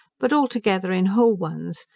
but altogether in whole ones,